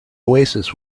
oasis